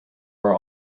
were